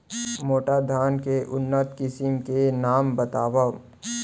मोटा धान के उन्नत किसिम के नाम बतावव?